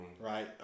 Right